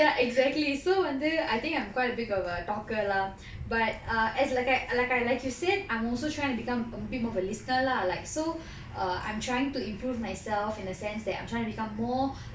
ya exactly so வந்து:vanthu I think I'm quite a bit of a talker lah but err as like I like I like you said I'm also trying to become a bit more of a listener lah like so err I'm trying to improve myself in the sense that I'm trying to become more